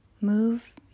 move